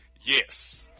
Yes